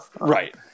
Right